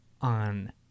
on